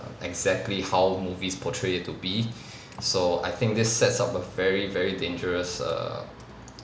err exactly how movies portray it to be so I think this sets up a very very dangerous err